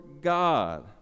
God